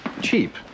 cheap